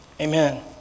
amen